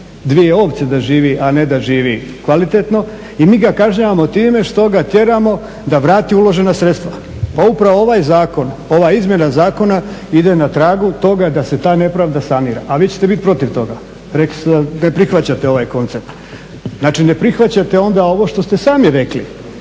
ni 2 ovce da živi, a ne da živi kvalitetno i mi ga kažnjavamo time što ga tjeramo da vrati uložena sredstva. Pa upravo ovaj zakon, ova izmjena zakona ide na tragu toga da se ta nepravda sanira, a vi ćete bit protiv toga. Rekli ste da ne prihvaćate ovaj koncept. Znači, ne prihvaćate onda ovo što ste sami rekli.